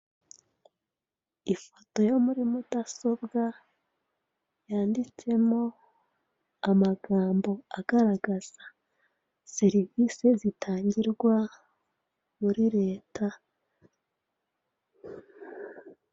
Ifoto yo muri mudasobwa, yanditsemo amagambo agaragaza serivise zitangirwa muri Leta.